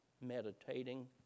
meditating